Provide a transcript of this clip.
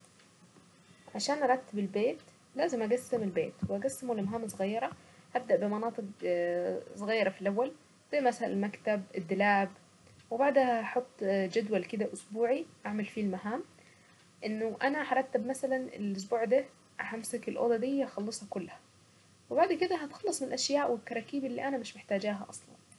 عشان أرتب البيت لازم اقسم البيت، واقسمه لمهام صغيرة ابدأ بمناطق صغيرة في الاول زي مثلا المكتب، الدولاب، وبعدها احط جدول كذا اسبوعي اعمل فيه المهام، انه انا هرتب مثلا الاسبوع ده همسك الاوضة دي هخلصها كلها، وبعد كده هتخلص من الاشياء والكراكيب اللي انا مش محتاجاها اصلا.